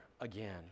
again